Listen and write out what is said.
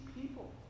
people